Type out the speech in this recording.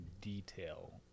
detail